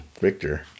Victor